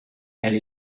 elle